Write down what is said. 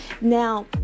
Now